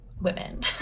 women